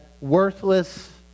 worthless